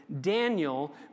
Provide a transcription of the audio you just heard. Daniel